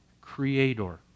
creator